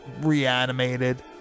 Reanimated